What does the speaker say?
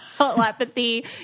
telepathy